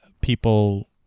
people